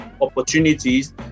opportunities